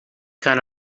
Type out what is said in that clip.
kind